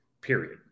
period